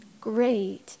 Great